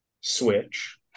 Switch